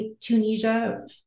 Tunisia